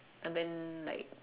and then like